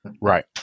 Right